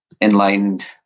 enlightened